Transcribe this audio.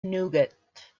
nougat